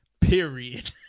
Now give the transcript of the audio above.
period